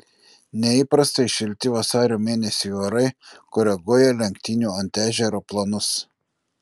neįprastai šilti vasario mėnesiui orai koreguoja lenktynių ant ežero planus